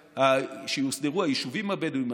שיוסדרו היישובים הבדואים,